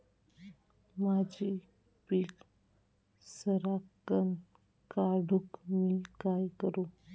माझी पीक सराक्कन वाढूक मी काय करू?